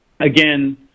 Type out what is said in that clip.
Again